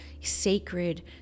sacred